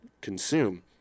consume